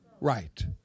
Right